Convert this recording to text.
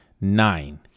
nine